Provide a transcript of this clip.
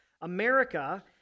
America